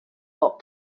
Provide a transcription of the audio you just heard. board